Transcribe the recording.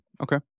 Okay